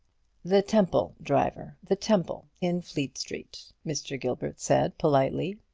the temple, driver the temple, in fleet street, mr. gilbert said, politely.